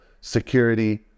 security